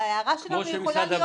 ההערה שלנו יכולה להיות רק תקציבית.